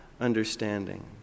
understanding